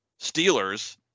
Steelers